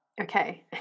Okay